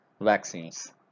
vaccines